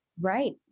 Right